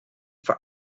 for